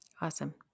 Awesome